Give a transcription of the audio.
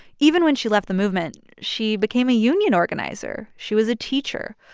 even when she left the movement, she became a union organizer. she was a teacher.